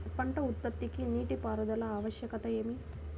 పంట ఉత్పత్తికి నీటిపారుదల ఆవశ్యకత ఏమి?